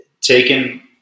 taken